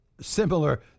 Similar